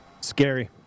Scary